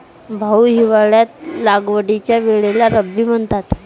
भाऊ, हिवाळ्यात लागवडीच्या वेळेला रब्बी म्हणतात